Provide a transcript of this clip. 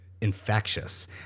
infectious